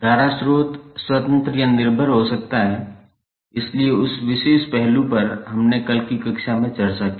धारा स्रोत स्वतंत्र या निर्भर हो सकता है इसलिए उस विशेष पहलू पर हमने कल की कक्षा में चर्चा की